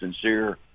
sincere